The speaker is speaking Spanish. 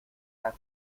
las